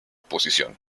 posición